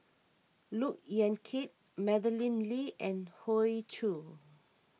Look Yan Kit Madeleine Lee and Hoey Choo